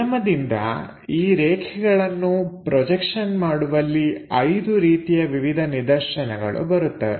ನಿಯಮದಿಂದ ಈ ರೇಖೆಗಳನ್ನು ಪ್ರೊಜೆಕ್ಷನ್ ಮಾಡುವಲ್ಲಿ ಐದು ರೀತಿಯ ವಿವಿಧ ನಿದರ್ಶನಗಳು ಬರುತ್ತವೆ